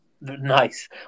Nice